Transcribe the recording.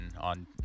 on